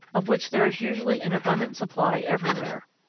of which there is usually an abundant supply everywhere.